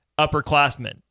upperclassmen